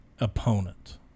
opponent